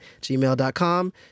gmail.com